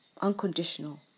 Unconditional